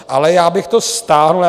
Ale já bych to stáhl.